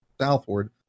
southward